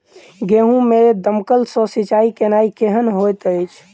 गेंहूँ मे दमकल सँ सिंचाई केनाइ केहन होइत अछि?